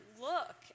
look